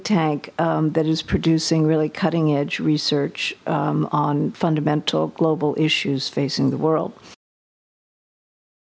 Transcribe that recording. tank that is producing really cutting edge research on fundamental global issues facing the world